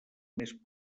més